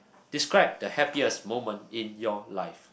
describe the happiest moment in your life